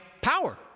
power